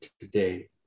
today